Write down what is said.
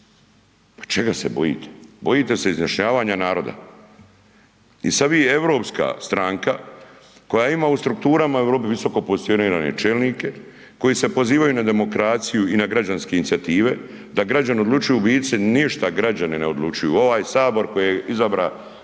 Pa čega se bojite? Bojite se izjašnjavanja naroda. I sada vi Europska stranka koja ima u strukturama u Europi visokopozicionirane čelnike koji se pozivaju na demokraciju i na građanske inicijative da građani odlučuju, u biti se ništa građani ne odlučuju, ovaj Sabor koji je izabrao